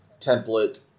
template